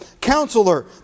counselor